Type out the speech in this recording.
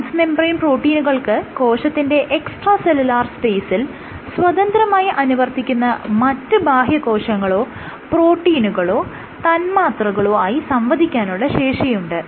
trans membrane പ്രോട്ടീനുകൾക്ക് കോശത്തിന്റെ extracellular സ്പേസിൽ സ്വതന്ത്രമായി അനുവർത്തിക്കുന്ന മറ്റ് ബാഹ്യകോശങ്ങളോ പ്രോട്ടീനുകളോ തന്മാത്രകളോ ആയി സംവദിക്കാനുള്ള ശേഷിയുണ്ട്